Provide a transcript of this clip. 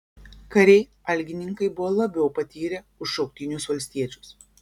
kariai algininkai buvo labiau patyrę už šauktinius valstiečius